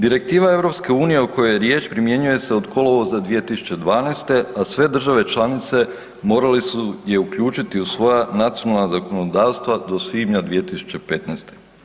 Direktiva EU o kojoj je riječ primjenjuje se od kolovoza 2012. a sve države članice morali su je uključiti u svoje nacionalna zakonodavstva do svibnja 2015.